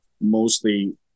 mostly